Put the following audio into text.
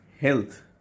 health